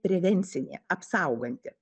prevencinė apsauganti